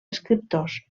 escriptors